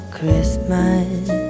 Christmas